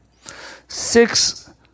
Six